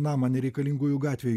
namą nereikalingųjų gatvėj